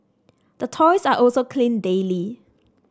the toys are also cleaned daily